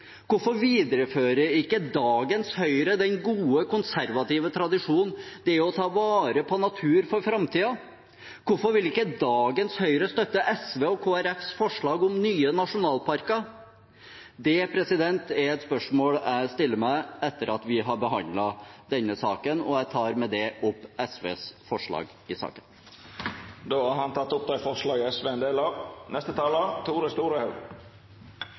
Hvorfor viderefører ikke dagens Høyre den gode konservative tradisjonen det er å ta vare på naturen for framtiden? Hvorfor vil ikke dagens Høyre støtte SV og Kristelig Folkepartis representantforslag om nye nasjonalparker? Det er et spørsmål jeg stiller meg etter at vi har behandlet denne saken, og jeg tar med det opp vårt forslag i saken. Representanten Lars Haltbrekken har teke opp det forslaget han refererte til. Eg synest vi skal koste på oss litt skryt av